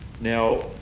Now